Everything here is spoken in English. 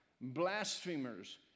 blasphemers